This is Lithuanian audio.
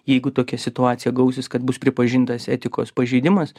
jeigu tokia situacija gausis kad bus pripažintas etikos pažeidimas